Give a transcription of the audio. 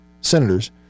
senators